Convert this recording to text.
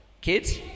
Kids